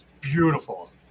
beautiful